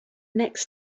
next